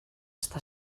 està